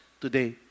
today